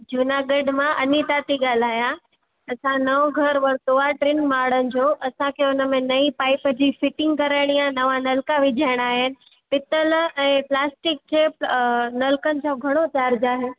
जूनागढ़ मां अनीता थी ॻाल्हायां असां नओं घरु वरितो आहे टिनि माड़नि जो असांखे उन में नई पाईप जी फिंटिंग कराइणी आहे नवां नलका विझराइणा आहिनि पीतल ऐं प्लास्टिक खे नलकनि जा घणो चार्ज आहे